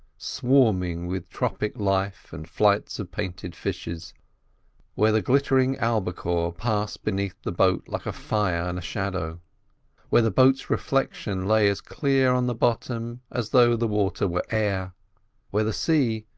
swarming with tropic life and flights of painted fishes where the glittering albicore passed beneath the boat like a fire and a shadow where the boat's reflection lay as clear on the bottom as though the water were air where the sea,